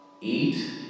eat